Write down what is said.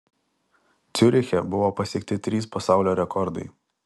ciuriche buvo pasiekti trys pasaulio rekordai